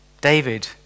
David